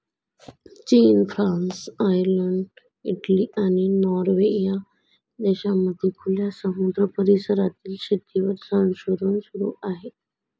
चीन, France, Ireland, Italy, आणि Norway या देशांमध्ये खुल्या समुद्र परिसरातील शेतीवर संशोधन सुरू आहे